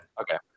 Okay